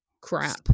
crap